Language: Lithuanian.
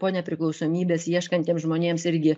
po nepriklausomybės ieškantiems žmonėms irgi